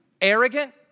arrogant